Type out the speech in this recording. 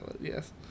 yes